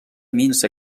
minsa